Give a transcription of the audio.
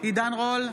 עידן רול,